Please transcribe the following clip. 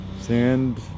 sand